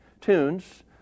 tunes